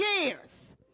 years